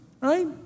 Right